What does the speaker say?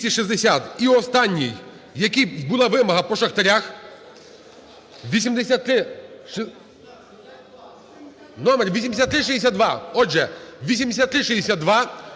І останній, який була вимога по шахтарях, № 8362. Отже, 8362